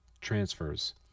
transfers